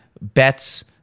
bets